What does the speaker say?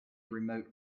remote